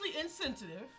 insensitive